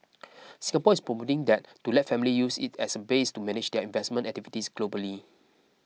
Singapore is promoting that to let families use it as a base to manage their investment activities globally